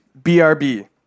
brb